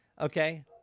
okay